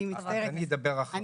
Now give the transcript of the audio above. אז אני אדבר אחרייך.